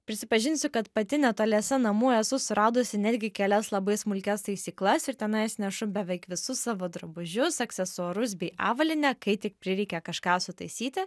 prisipažinsiu kad pati netoliese namų esu suradusi netgi kelias labai smulkias taisyklas ir tenais nešu beveik visus savo drabužius aksesuarus bei avalynę kai tik prireikia kažką sutaisyti